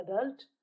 adult